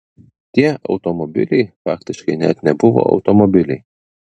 tie automobiliai faktiškai net nebuvo automobiliai